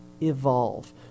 evolve